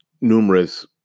numerous